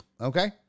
okay